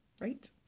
right